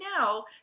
now